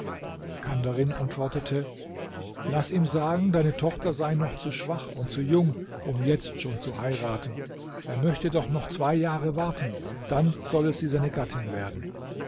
kandarin antwortete laß ihm sagen deine tochter sei noch zu schwach und zu jung um jetzt schon zu heiraten er möchte doch noch zwei jahre warten dann solle sie seine gattin werden